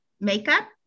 makeup